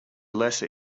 lesser